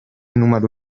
número